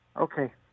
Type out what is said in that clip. Okay